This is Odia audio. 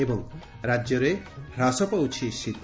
ଏବଂ ରାଜ୍ୟରେ ହ୍ରାସ ପାଉଛି ଶୀତ